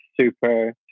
super